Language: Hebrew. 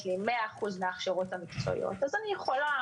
לי 100% מן ההכשרות המקצועיות אז אני יכולה